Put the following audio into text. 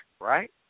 right